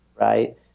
right